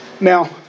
Now